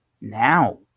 now